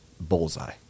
bullseye